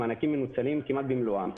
המענקים מנוצלים כמעט במלואם.